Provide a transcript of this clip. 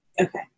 Okay